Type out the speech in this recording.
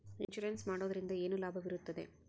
Insurance ಮಾಡೋದ್ರಿಂದ ಏನು ಲಾಭವಿರುತ್ತದೆ?